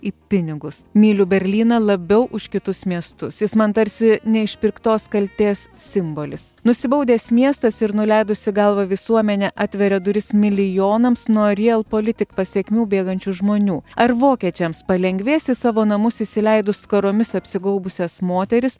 į pinigus mylių berlyną labiau už kitus miestus jis man tarsi neišpirktos kaltės simbolis nusibaudęs miestas ir nuleidusi galvą visuomenė atveria duris milijonams nuo ryl politik pasekmių bėgančių žmonių ar vokiečiams palengvės į savo namus įsileidus skaromis apsigaubusias moteris